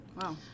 Wow